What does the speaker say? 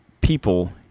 people